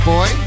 Boy